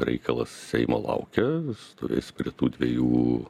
reikalas seimo laukia jis turės prie tų dvejų